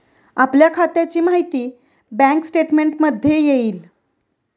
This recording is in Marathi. आपल्या खात्याची माहिती बँक स्टेटमेंटमध्ये येईल